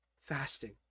fasting